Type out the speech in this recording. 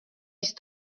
است